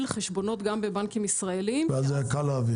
חשבונות גם בבנקים ישראליים -- ואז היה קל להעביר.